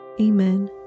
Amen